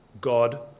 God